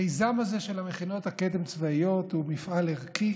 המיזם הזה של המכינות הקדם-צבאיות הוא מפעל ערכי